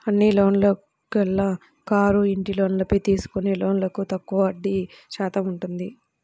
అన్ని లోన్లలోకెల్లా కారు, ఇంటి లోన్లపై తీసుకునే లోన్లకు తక్కువగా వడ్డీ శాతం ఉంటుంది